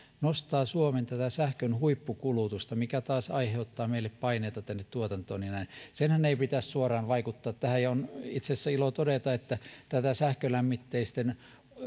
nostavat suomen sähkön huippukulutusta mikä taas aiheuttaa meille paineita tänne tuotantoon ja näin senhän ei pitäisi suoraan vaikuttaa tähän ja on itse asiassa ilo todeta että tätä sähkölämmitteisten